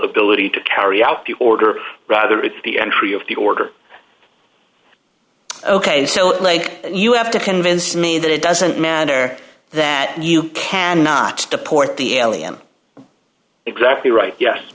ability to carry out the order rather is the entry of the order ok so lake you have to convince me that it doesn't matter that you cannot deport the alien exactly right yes